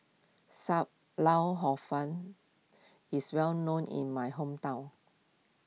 Sam Lau Hor Fun is well known in my hometown